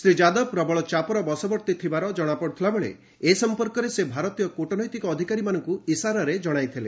ଶ୍ରୀ ଯାଦବ ପ୍ରବଳ ଚାପର ବସବର୍ତ୍ତୀ ଥିବାର ଜଣାପଡ଼ୁଥିଲା ଏବଂ ଏ ସମ୍ପର୍କରେ ସେ ଭାରତୀୟ କ୍ରିଟନୈତିକ ଅଧିକାରୀମାନଙ୍କୁ ଇସାରାରେ ଜଣାଇଥିଲେ